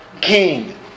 king